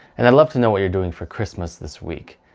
and i'd love to know what you're doing for christmas this week.